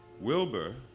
Wilbur